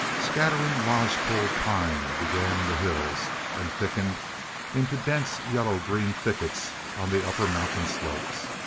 scattering lodgepole pine began in the hills, and thickened into dense yellow-green thickets on the upper mountain slopes.